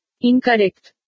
Incorrect